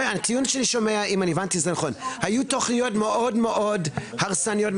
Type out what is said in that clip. היו תוכניות מאוד הרסניות.